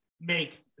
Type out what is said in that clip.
make